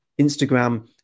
Instagram